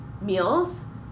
meals